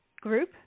group